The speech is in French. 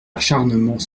acharnement